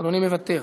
אדוני מוותר,